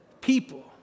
people